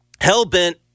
hell-bent